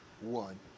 One